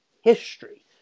history